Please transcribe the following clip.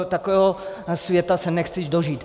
Takového světa se nechci dožít.